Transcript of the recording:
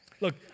Look